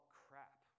crap